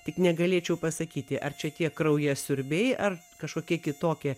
tik negalėčiau pasakyti ar čia tie kraujasiurbiai ar kažkokie kitokie